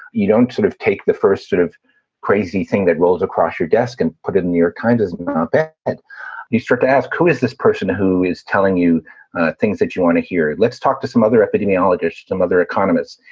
you don't sort of take the first sort of crazy thing that rolls across your desk and put it in your kind of and you start to ask, who is this person who is telling you things that you want to hear? let's talk to some other epidemiologists, some other economists,